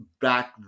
back